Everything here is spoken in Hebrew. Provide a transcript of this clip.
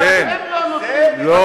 כן, כן, לא.